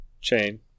Chain